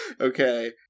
Okay